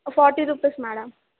forty rupees madam